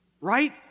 Right